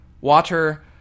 water